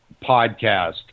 podcast